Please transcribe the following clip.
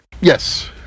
Yes